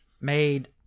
made